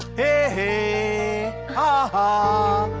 a ah